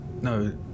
No